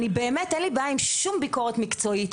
באמת אין לי בעיה עם שום ביקורת מקצועית,